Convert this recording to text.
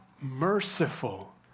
merciful